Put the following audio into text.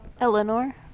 Eleanor